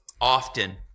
often